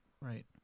Right